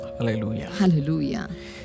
Hallelujah